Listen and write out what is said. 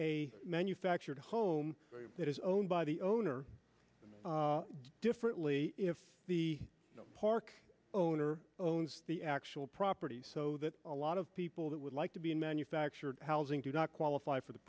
a manufactured home that is owned by the owner differently if the park owner owns the actual property so that a lot of people that would like to be in manufactured housing do not qualify for the